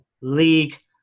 league